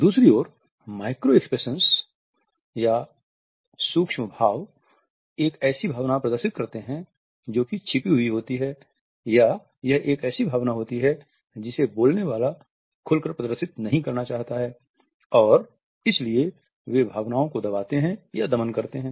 दूसरी ओर micro expression एक ऐसी भावना प्रदर्शित करते हैं जो कि छिपी हुई होती है या यह एक ऐसी भावना होती है जिसे बोलने वाला खुलकर प्रदर्शित नहीं करना चाहता है और इसलिए वे भावनाओं को दबाते है या दमन करते हैं